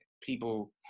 people